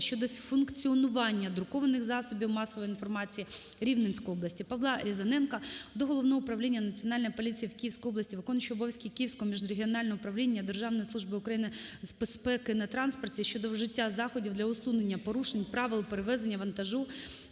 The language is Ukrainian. щодо функціонування друкованих засобів масової інформації Рівненської області. Павла Різаненка до Головного управління Національної поліції в Київській області, виконуючого обов'язки Київського міжрегіонального управління Державної служби України з безпеки на транспорті щодо вжиття заходів для усунення порушень правил перевезення вантажу